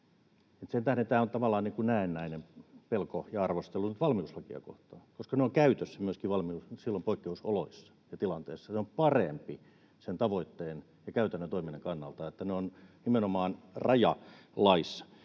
Sen tähden tämä on tavallaan näennäinen pelko ja arvostelu nyt valmiuslakia kohtaan, koska ne ovat käytössä myöskin silloin poikkeusoloissa ja -tilanteessa. Se on parempi sen tavoitteen ja käytännön toiminnan kannalta, että ne ovat nimenomaan rajalaissa.